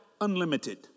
unlimited